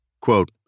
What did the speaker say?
Quote